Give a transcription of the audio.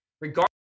regardless